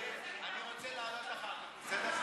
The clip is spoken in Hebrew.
אני רוצה לענות לך אחר כך, בסדר?